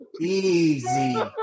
Easy